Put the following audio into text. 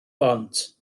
bont